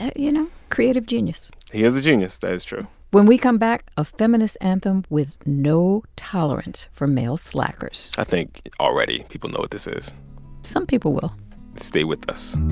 you know, creative genius he is a genius. that is true when we come back a feminist anthem with no tolerance for male slackers i think already people know what this is some people will stay with us